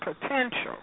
potential